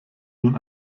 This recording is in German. nun